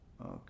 Okay